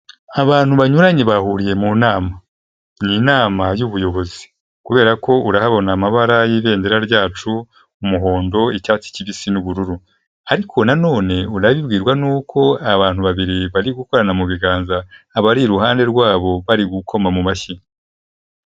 Abantu banyuranye bahuriye mu nama, ni inama y'ubuyobozi kubera ko urahabona amabara y'ibendera ryacu umuhondo, icyatsi kibisi, n'ubururu, ariko na none urabibwirwa nuko abantu babiri bari gukorana mu biganza abari iruhande rwabo bari gukoma mu mashyi.